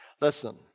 Listen